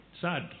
Sad